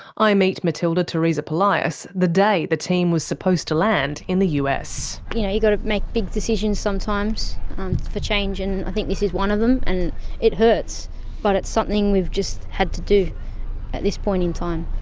i meet matilda teresa polias the day the team was supposed to land in the us. you know, you've got to make big decisions sometimes for change and i think this is one of them. and it hurts but it's something we've just had to do at this point in time.